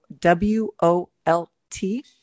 W-O-L-T